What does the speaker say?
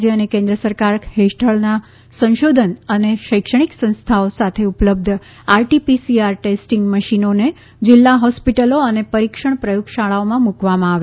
રાજ્ય અને કેન્દ્ર સરકાર હેઠળના સંશોધન અને શૈક્ષણિક સંસ્થાઓ સાથે ઉપલબ્ધ આરટી પીસીઆર ટેસ્ટિંગ મશીનોને જિલ્લા હોસ્પિટલો અને પરીક્ષણ પ્રયોગશાળાઓમાં મૂકવામાં આવે